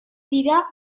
dira